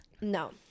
No